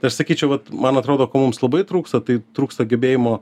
tai aš sakyčiau vat man atrodo ko mums labai trūksta tai trūksta gebėjimo